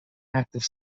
active